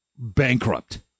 bankrupt